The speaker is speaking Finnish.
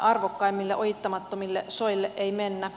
arvokkaimmille ojittamattomille soille ei mennä